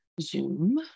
zoom